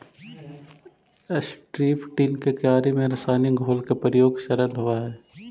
strip till के क्यारि में रसायनिक घोल के प्रयोग सरल होवऽ हई